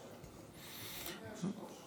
אדוני היושב-ראש?